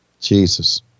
Jesus